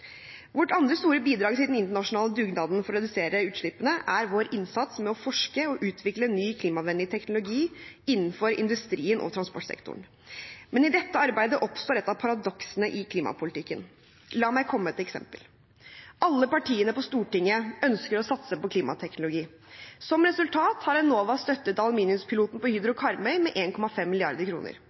Vårt andre store bidrag til den internasjonale dugnaden med å redusere utslippene, er vår innsats med å forske på og utvikle ny klimavennlig teknologi innenfor industrien og transportsektoren. Men i dette arbeidet oppstår et av paradoksene i klimapolitikken. La meg komme med et eksempel: Alle partiene på Stortinget ønsker å satse på klimateknologi. Som resultat har Enova støttet aluminiumspiloten på Hydro Karmøy med